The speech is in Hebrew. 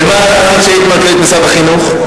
ומה את עשית כשהיית מנכ"לית משרד החינוך?